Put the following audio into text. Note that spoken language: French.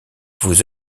vous